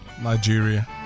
Nigeria